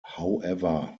however